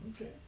Okay